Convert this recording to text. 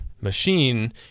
machine